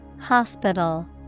Hospital